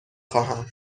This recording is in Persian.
خواهم